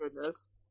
goodness